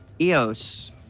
Eos